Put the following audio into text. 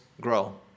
grow